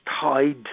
tied